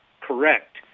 correct